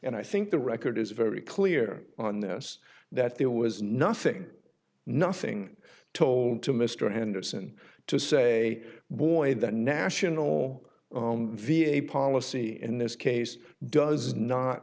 and i think the record is very clear on this that there was nothing nothing told to mr henderson to say boy the national v a policy in this case does not